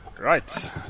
Right